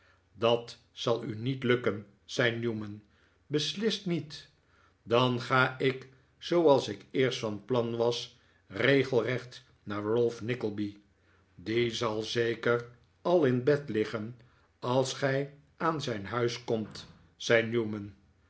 dat zal u niet lukken zei newman beslist niet dan ga ik zooals ik eerst van plan was regelrecht naar ralph nickleby die zal zeker al in bed liggen als gij aan zijn huis komt zei newman